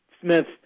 Smith